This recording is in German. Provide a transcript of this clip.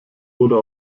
oder